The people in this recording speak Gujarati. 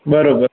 બરોબર